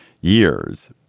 years